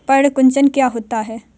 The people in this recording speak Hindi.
पर्ण कुंचन क्या होता है?